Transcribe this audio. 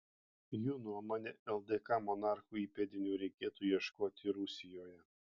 jų nuomone ldk monarchų įpėdinių reikėtų ieškoti rusijoje